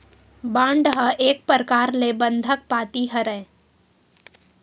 bond ह एक परकार ले बंधक पाती हरय